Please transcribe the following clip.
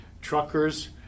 truckers